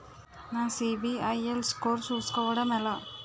నా సిబిఐఎల్ స్కోర్ చుస్కోవడం ఎలా?